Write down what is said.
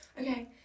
okay